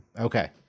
okay